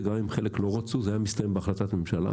גם אם חלק לא רצו, זה היה מסתיים בהחלטת ממשלה.